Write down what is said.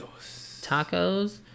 Tacos